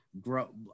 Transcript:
grow